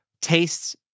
tastes